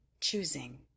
choosing